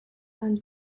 and